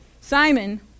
Simon